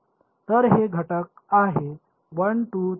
तर हे घटक आहे 1 2 3 4